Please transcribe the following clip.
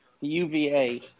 UVA